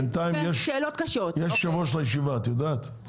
בינתיים יש יושב ראש לישיבה, את יודעת?